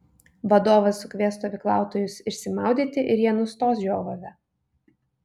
vadovas sukvies stovyklautojus išsimaudyti ir jie nustos žiovavę